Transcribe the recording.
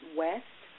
west